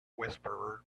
whisperer